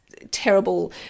terrible